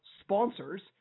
sponsors